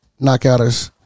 knockouters